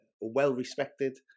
well-respected